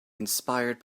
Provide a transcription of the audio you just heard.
inspired